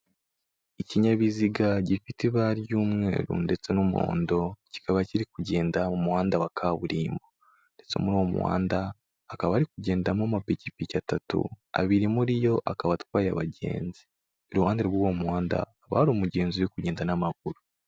Ikinyabiziga gifite ibara ry'umweru ndetse n'umuhondo, kikaba kiri kugenda mu muhanda wa kaburimbo, ndetse muri uwo muhanda, hakaba hari kugendamo amapikipiki atatu, abiri muri yo akaba atwaye abagenzi, iruhande rw'uwo muhanda, hakaba hari umugenzi uri kugenda n'amaguru.